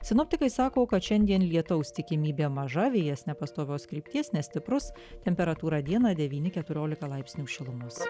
sinoptikai sako kad šiandien lietaus tikimybė maža vėjas nepastovios krypties nestiprus temperatūra dieną devyni keturiolika laipsnių šilumos